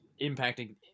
impacting